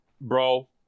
Bro